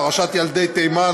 פרשת ילדי תימן,